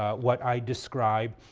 ah what i describe?